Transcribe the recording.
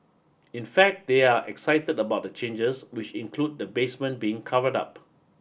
in fact they are excited about the changes which include the basement being covered up